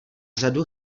řadu